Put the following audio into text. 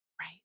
Right